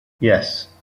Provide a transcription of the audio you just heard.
yes